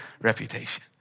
reputation